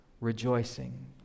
rejoicing